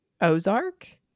ozark